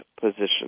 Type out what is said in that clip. position